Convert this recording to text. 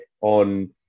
on